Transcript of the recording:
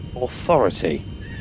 authority